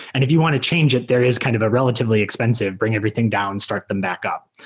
and if you want to change it, there is kind of a relatively expensive bring everything down, start them back up.